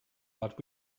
but